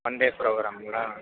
one day ப்ரோகிராமுங்களா